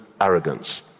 arrogance